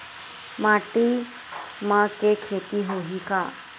मटासी माटी म के खेती होही का?